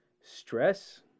stress